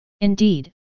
Indeed